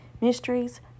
mysteries